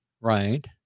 Right